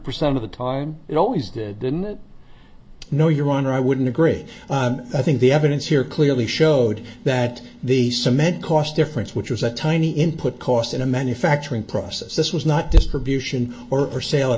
percent of the time it always did didn't know your honor i wouldn't agree i think the evidence here clearly showed that the cement cost difference which was a tiny input cost in a manufacturing process this was not distribution or for sale at